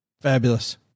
fabulous